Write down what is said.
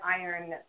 iron